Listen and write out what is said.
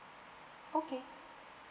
okay